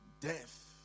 death